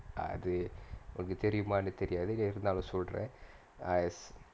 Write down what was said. அது ஒங்களுக்கு தெரியுமான்னு தெரியாது இருந்தாலும் சொல்றேன்:athu ongalukku theriyumaanu theriyaathu irunthaalum solraen err